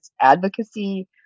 advocacy